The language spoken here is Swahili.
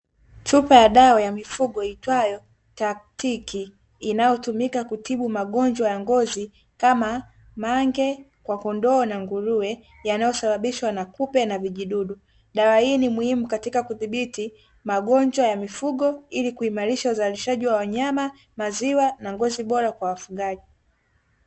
Chupa ya dawa ya mifugo iitwaye taktiki inayotumika kutibu magonjwa ya ngozi kama mange kwa kondoo na nguruwe, yanayosababishwa na kupe na vijidudu, dawa hii ni muhumu katika kudhibiti magonjwa ya mifugo ili kuimarisha uzalishaji wa wanyama, maziwa na ngozi bora kwa wafugaji.